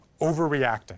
overreacting